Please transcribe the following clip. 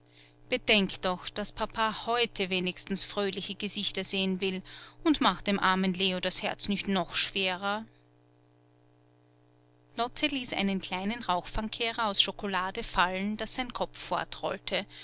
bedenk doch daß papa heute wenigstens fröhliche gesichter sehen will und mach dem armen leo das herz nicht noch schwerer lotte ließ einen kleinen rauchfangkehrer aus schokolade fallen daß sein kopf